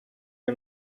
you